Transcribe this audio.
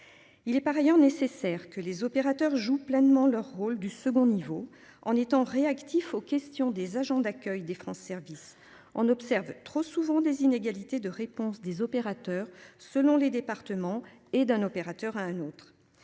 Il est par ailleurs nécessaire que les opérateurs jouent pleinement leur rôle du second niveau en étant réactifs aux questions des agents d'accueil des France service on observe trop souvent des inégalités de réponse des opérateurs selon les départements et d'un opérateur à un autre,